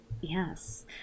Yes